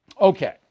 Okay